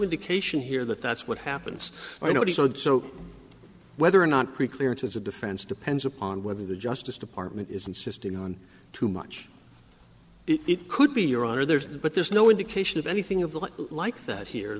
indication here that that's what happens you know he said so whether or not pre clearance is a defense depends upon whether the justice department is insisting on too much it could be your honor there's but there's no indication of anything of that like that here